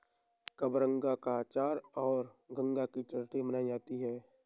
कबरंगा का अचार और गंगा की चटनी बनाई जाती है